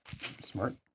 Smart